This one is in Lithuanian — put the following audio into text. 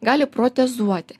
gali protezuoti